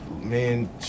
Man